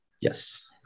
yes